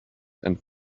and